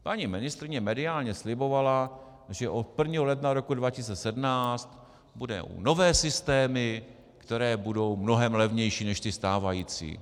Paní ministryně mediálně slibovala, že od 1. ledna roku 2017 budou nové systémy, které budou mnohem levnější než ty stávající.